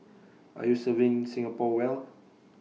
are you serving Singapore well